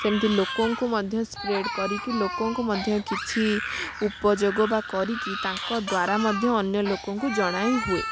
ସେମତି ଲୋକଙ୍କୁ ମଧ୍ୟ ସ୍ପ୍ରେଡ଼ କରିକି ଲୋକଙ୍କୁ ମଧ୍ୟ କିଛି ଉପଯୋଗ ବା କରିକି ତାଙ୍କ ଦ୍ୱାରା ମଧ୍ୟ ଅନ୍ୟ ଲୋକଙ୍କୁ ଜଣାଇ ହୁଏ